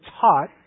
taught